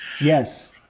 Yes